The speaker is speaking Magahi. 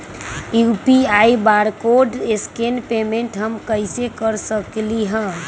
यू.पी.आई बारकोड स्कैन पेमेंट हम कईसे कर सकली ह?